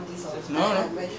for me it's nothing